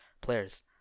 players